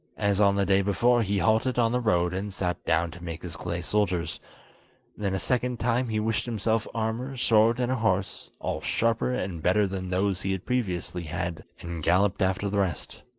as on the day before, he halted on the road, and sat down to make his clay soldiers then a second time he wished himself armour, sword, and a horse, all sharper and better than those he had previously had, and galloped after the rest.